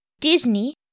Disney